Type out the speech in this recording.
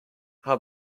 how